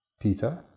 Peter